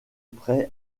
près